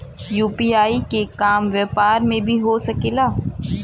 UPI के काम व्यापार में भी हो सके ला?